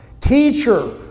Teacher